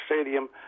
stadium